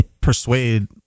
persuade